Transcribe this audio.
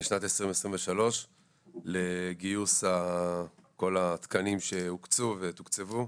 לשנת 2023 לגיוס כל התקנים שהוקצו ותוקצבו,